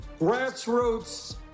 grassroots